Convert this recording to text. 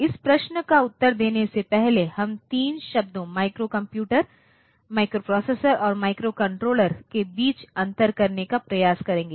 इस प्रश्न का उत्तर देने से पहले हम तीन शब्दों माइक्रो कंप्यूटर माइक्रोप्रोसेसर और माइक्रोकंट्रोलर के बीच अंतर करने का प्रयास करेंगे